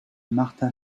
martha